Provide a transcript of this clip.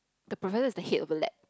the professor is the head of the lab